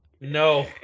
No